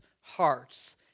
hearts